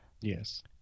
yes